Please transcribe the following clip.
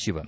ಶಿವನ್